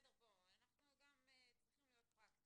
אנחנו גם צריכים להיות פרקטיים,